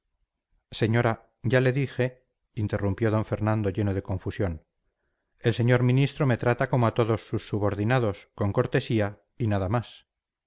señora ya dije interrumpió d fernando lleno de confusión el señor ministro me trata como a todos sus subordinados con cortesía y nada más